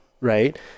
right